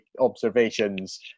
observations